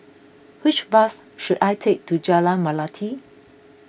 which bus should I take to Jalan Melati